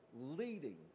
leading